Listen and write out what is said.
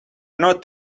not